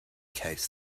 case